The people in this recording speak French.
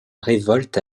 révolte